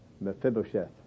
Mephibosheth